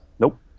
nope